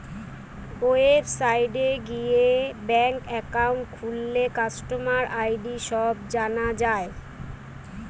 ওয়েবসাইটে গিয়ে bank account খুললে কাস্টমার আই.ডি সব জানা যায়